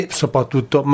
soprattutto